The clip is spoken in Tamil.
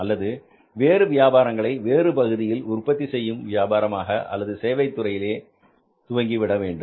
அல்லது வேறு வியாபாரங்களை வேறு பகுதிகளில் உற்பத்தி செய்யும் வியாபாரமாக அல்லது சேவை துறையிலோ துவங்கி கொள்ள வேண்டும்